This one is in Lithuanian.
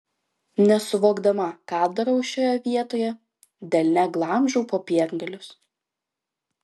nesuvokdama ką darau šioje vietoje delne glamžau popiergalius